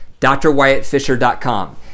drwyattfisher.com